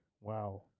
Wow